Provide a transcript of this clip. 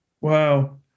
Wow